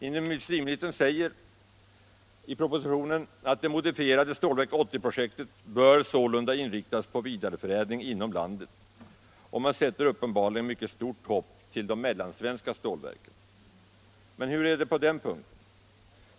Industriministern säger i propositionen att det modifierade Stålverk 80-projektet bör inriktas på vidareförädling inom landet, och man sätter uppenbarligen stort hopp till de mellansvenska stålverken. Men hur är det på den punkten?